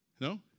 No